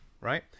right